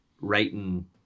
writing